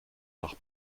nach